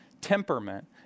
temperament